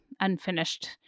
unfinished